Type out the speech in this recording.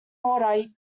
order